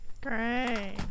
Great